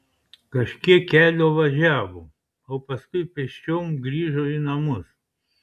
kažkiek kelio važiavo o paskui pėsčiom grįžo į namus